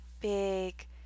big